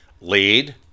lead